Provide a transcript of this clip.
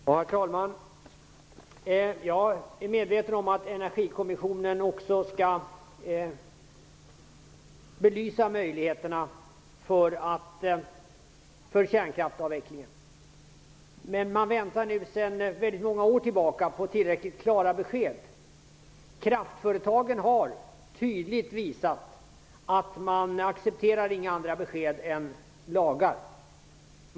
Herr talman! Jag är medveten om att Energikommissionen också skall belysa möjligheterna för kärnkraftsavvecklingen. Men vi väntar nu sedan väldigt många år tillbaka på tillräckligt klara besked. Kraftföretagen har tydligt visat att man inte accepterar några andra besked än lagar.